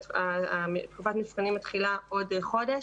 כשתקופת המבחנים מתחילה עוד חודש,